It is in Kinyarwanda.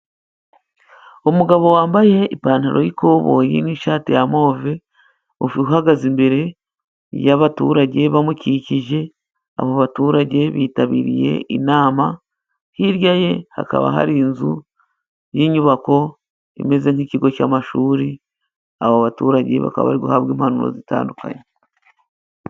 Umugabo wambaye ipantaro y'ikoboyi n'ishati ya move, uhagaze imbere y'abaturage bamukikije, abo baturage bitabiriye inama, hirya ye hakaba hari inzu y'inyubako imeze nk'ikigo cy'amashuri. aba baturage bakaba bari guhabwa impanuro zitandukanye.